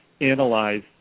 analyze